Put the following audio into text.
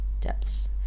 Depths